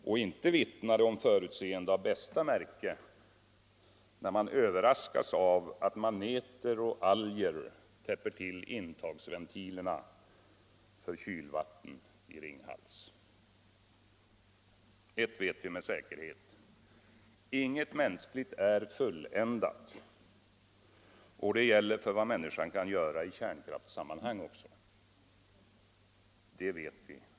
Och inte vittnar det om förutseende av bästa märke när man överraskas av att maneter och alger täpper till intagsventilerna för kylvatten i Ringhals! Ett vet vi med säkerhet. Inget mänskligt är fulländat, och det gäller för vad människan kan göra i kärnkraftssasmmanhang också.